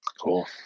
Cool